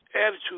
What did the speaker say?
attitude